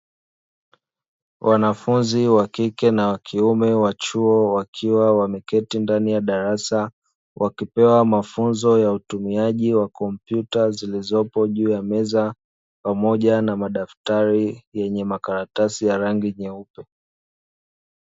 Wanafunzi wa kike na wa kiume wa chuo wakiwa wameketi ndani ya darasa, wakipewa mafunzo ya utumiaji wa kompyuta zilizopo juu ya meza , pamoja na madaftari yenye makaratasi ya rangi nyeupe.